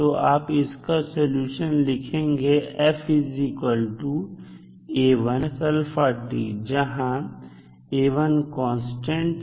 तो आप इसका सॉल्यूशन लिखेंगे जहां कांस्टेंट है